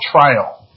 trial